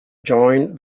joined